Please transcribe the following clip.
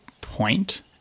point